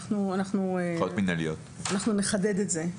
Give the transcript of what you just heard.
אנחנו נחדד את זה.